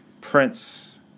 Prince